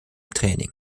training